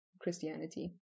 Christianity